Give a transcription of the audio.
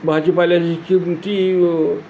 भाजीपाल्याची किमती